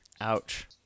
Ouch